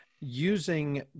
using